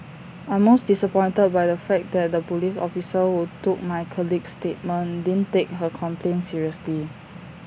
I'm most disappointed by the fact that the Police officer who took my colleague's statement didn't take her complaint seriously